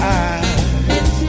eyes